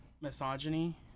misogyny